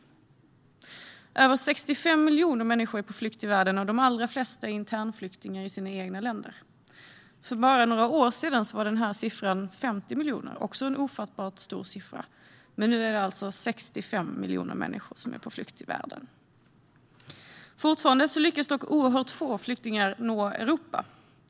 Över 65 miljoner människor är på flykt i världen, och de allra flesta är internflyktingar i sina egna länder. För bara några år sedan var denna siffra 50 miljoner, vilket också var en ofattbart stor siffra. Men nu handlar det alltså om 65 miljoner människor som är på flykt i världen. Fortfarande lyckas dock oerhört få flyktingar nå Europa.